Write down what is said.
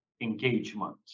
engagement